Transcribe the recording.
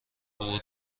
عبور